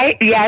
yes